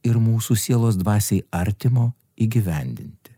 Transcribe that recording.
ir mūsų sielos dvasiai artimo įgyvendinti